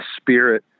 spirit